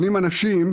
"אנדיורנס",